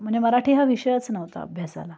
म्हणजे मराठी हा विषयच नव्हता अभ्यासाला